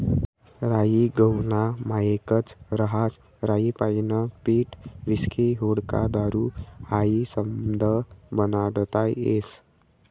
राई गहूना मायेकच रहास राईपाईन पीठ व्हिस्की व्होडका दारू हायी समधं बनाडता येस